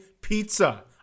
pizza